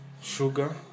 sugar